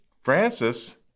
francis